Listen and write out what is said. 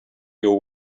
your